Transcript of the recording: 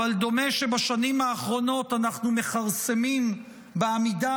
אבל דומה שבשנים האחרונות אנחנו מכרסמים בעמידה